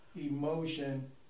emotion